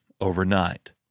overnight